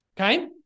Okay